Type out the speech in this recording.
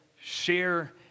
share